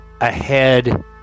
ahead